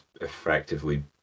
effectively